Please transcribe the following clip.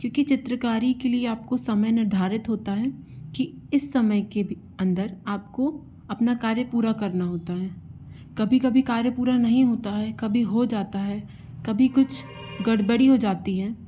क्योंकि चित्रकारी के लिए आप को समय निर्धारित होता है कि इस समय के अंदर आप को अपना कार्य पूरा करना होता है कभी कभी कार्य पूरा नहीं होता है कभी हो जाता है कभी कुछ गड़बड़ हो जाती है